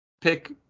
Pick